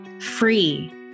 free